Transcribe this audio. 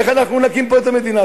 איך אנחנו נקים פה את המדינה?